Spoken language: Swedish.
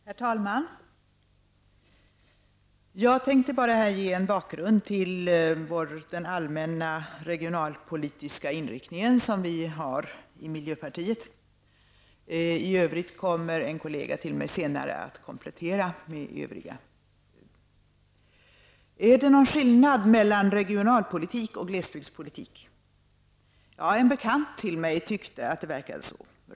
Herr talman! Jag tänker ge en bakgrund till miljöpartiets allmänna regionalpolitiska inriktning. Senare kommer en kollega till mig att komplettera detta. Är det någon skillnad mellan regionalpolitik och glesbygdspolitik? En bekant till mig tyckte att det verkade så.